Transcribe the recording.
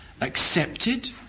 accepted